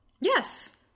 yes